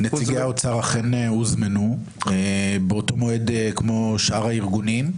נציגי האוצר אכן הוזמנו באותו מועד כמו שאר הארגונים,